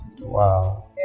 Wow